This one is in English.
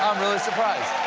really surprised.